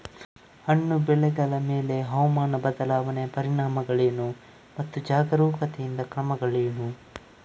ಹಣ್ಣು ಬೆಳೆಗಳ ಮೇಲೆ ಹವಾಮಾನ ಬದಲಾವಣೆಯ ಪರಿಣಾಮಗಳೇನು ಮತ್ತು ಜಾಗರೂಕತೆಯಿಂದ ಕ್ರಮಗಳೇನು?